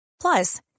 Plus